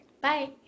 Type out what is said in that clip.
Bye